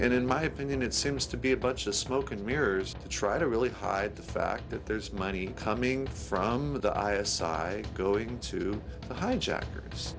and in my opinion it seems to be a bunch of smoke and mirrors to try to really hide the fact that there's money coming from the i s i going to the hijackers